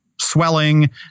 swelling